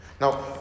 Now